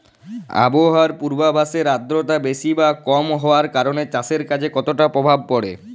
আবহাওয়ার পূর্বাভাসে আর্দ্রতা বেশি বা কম হওয়ার কারণে চাষের কাজে কতটা প্রভাব পড়ে?